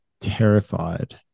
terrified